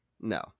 no